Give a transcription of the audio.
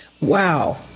Wow